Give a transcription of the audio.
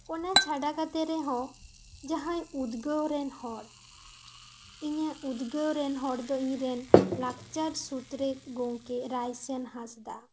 ᱚᱱᱟ ᱪᱷᱟᱰᱟ ᱠᱟᱛᱮ ᱨᱮᱦᱚᱸ ᱡᱟᱦᱟᱸᱭ ᱩᱫᱽᱜᱟᱹᱣ ᱨᱮᱱ ᱦᱚᱲ ᱤᱧᱟᱹᱜ ᱩᱫᱽᱜᱟᱹᱣ ᱨᱮᱱ ᱦᱚᱲ ᱫᱚ ᱤᱧ ᱨᱮᱱ ᱞᱟᱠᱪᱟᱨ ᱥᱩᱛᱨᱮᱫ ᱜᱚᱢᱠᱮ ᱨᱟᱭᱥᱟᱱ ᱦᱟᱸᱥᱫᱟ